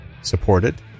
supported